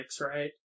right